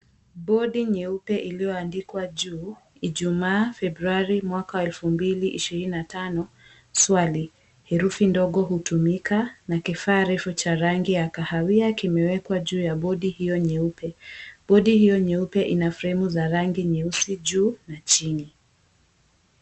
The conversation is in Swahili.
Bodi nyeupe iliyoadikwa juu ijumaa Februari mwaka elfu mbili na ishirini na mbili tano swali herufi ndogo hutumika na kifaa refu rangi ya kahawia kimewekwa juu ya bodi hiyo nyeupe. Bodi hiyo nyeupe ina fremu za rangi yeusi juu na chini.